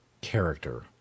character